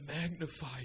magnify